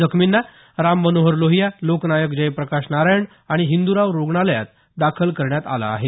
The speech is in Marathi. जखमींना राम मनोहर लोहिया लोकनायक जयप्रकाश नारायण आणि हिंद्राव रुग्णालयात दाखल करण्यात आलं आहे